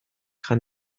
jan